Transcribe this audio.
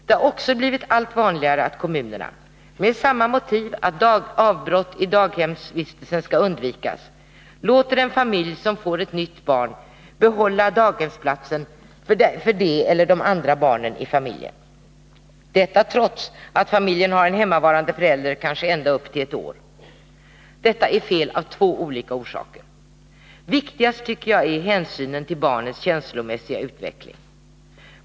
Det har också blivit allt vanligare att kommunerna — med samma motiv: att avbrott i daghemsvistelsen skall undvikas — låter en familj som får ett nytt barn behålla daghemsplatsen för det andra barnet eller de andra barnen i familjen, detta trots att familjen har en hemmavarande förälder kanske ända upp till ett år. Detta är fel av två olika orsaker. Viktigast tycker jag är hänsynen till barnets känslomässiga utveckling.